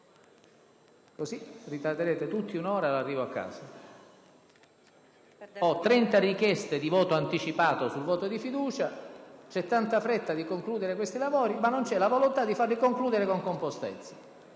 così ritarderete tutti di un'ora l'arrivo a casa. Ho 30 richieste di voto anticipato sulla fiducia: c'è tanta fretta di concludere questi lavori, ma non c'è la volontà di farlo con compostezza.